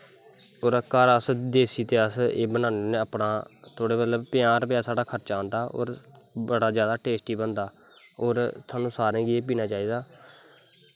ओह्दा घर अस देस्सी ते अस एह् बनाने होन्नेे अपना थोह्ड़ा मतलब पंजाहं रपेऽ साढ़ा खर्चा आंदा बड़ा जादा टेस्टी बनदा होर थोआनूं सारें गी पीना चाहिदा